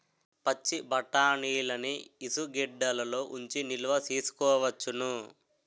పచ్చిబఠాణీలని ఇసుగెడ్డలలో ఉంచి నిలవ సేసుకోవచ్చును